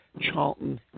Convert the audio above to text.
Charlton